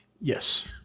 Yes